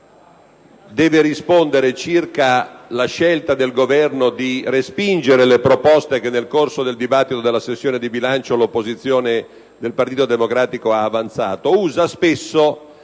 deve rispondere in merito alla scelta del Governo di respingere le proposte che nel corso della discussione della sessione di bilancio l'opposizione del Partito Democratico ha avanzato,